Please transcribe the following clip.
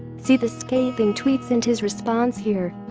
see the scathing tweets and his response here!